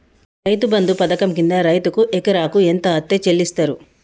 రైతు బంధు పథకం కింద రైతుకు ఎకరాకు ఎంత అత్తే చెల్లిస్తరు?